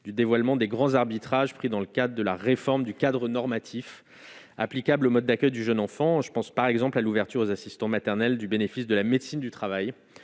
du dévoilement des grands arbitrages pris dans le cadre de la réforme du cadre normatif applicable aux modes d'accueil du jeune enfant, je pense par exemple à l'ouverture aux assistants maternels du bénéfice de la médecine du travail